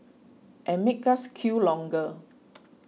and make us queue longer